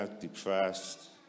depressed